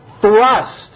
thrust